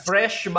Fresh